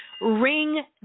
Ring